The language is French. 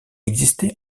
existait